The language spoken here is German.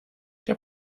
der